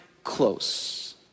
close